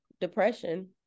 depression